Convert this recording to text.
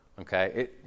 Okay